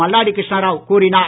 மல்லாடி கிருஷ்ணாராவ் கூறினார்